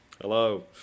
Hello